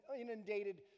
inundated